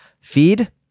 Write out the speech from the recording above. feed